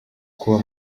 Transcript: kuba